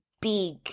big